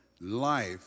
life